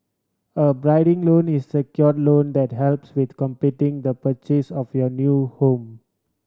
a bridging loan is secured loan that helps with completing the purchase of your new home